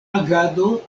agado